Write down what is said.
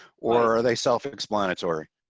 or are they self explanatory.